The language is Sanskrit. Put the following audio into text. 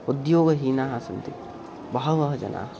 उद्योगहीनाः सन्ति बहवः जना